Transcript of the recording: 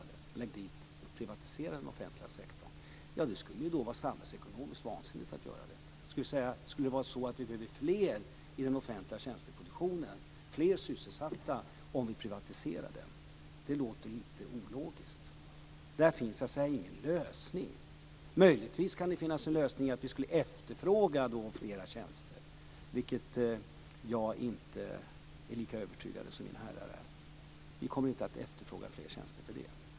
Det skulle vara samhällsekonomiskt vansinnigt att göra detta. Skulle det bli fler i den offentliga tjänsteproduktionen och fler sysselsatta om vi privatiserade? Det låter lite ologiskt. Där finns ingen lösning. Möjligtvis kan det finnas en lösning, nämligen att vi skulle efterfråga fler tjänster, vilket jag inte är lika övertygad om som herrarna här. Vi kommer inte att efterfråga fler tjänster.